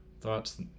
thoughts